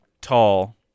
tall